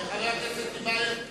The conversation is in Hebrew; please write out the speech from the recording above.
חבר הכנסת טיבייב,